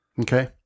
Okay